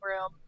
room